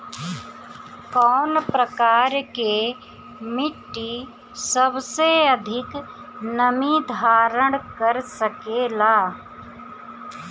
कौन प्रकार की मिट्टी सबसे अधिक नमी धारण कर सकेला?